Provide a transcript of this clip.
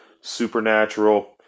supernatural